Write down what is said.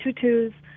Tutus